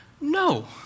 no